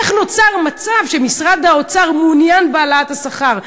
איך נוצר מצב שמשרד האוצר מעוניין בהעלאת השכר,